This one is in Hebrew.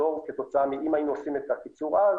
שניצור כתוצאה מאם היינו עושים את הקיצור אז,